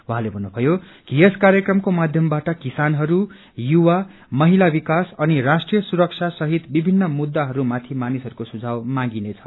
उहाँले भन्नुभयो कि यस कार्यक्रमको माध्यमबाट किसानहरू युवा महिला विकास अनि राष्ट्रीय सुरक्षा सहित विभिन्न मुद्धाहरूमाथि मानिसहरूको सुझाउ मांगिनेछ